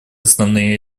основные